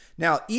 Now